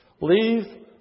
Leave